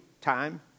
time